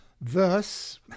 Thus